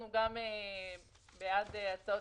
גם אנחנו בעד הצעות